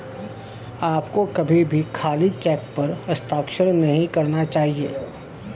आपको कभी भी खाली चेक पर हस्ताक्षर नहीं करना चाहिए